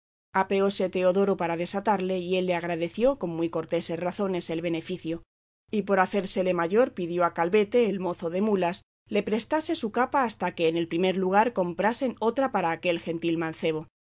mirasen apeóse teodoro a desatarle y él le agradeció con muy corteses razones el beneficio y por hacérsele mayor pidió a calvete el mozo de mulas le prestase su capa hasta que en el primer lugar comprasen otra para aquel gentil mancebo